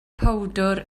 powdwr